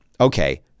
Okay